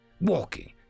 walking